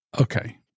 Okay